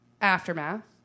aftermath